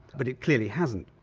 but it clearly hasn't.